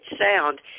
sound